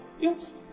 Yes